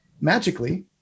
magically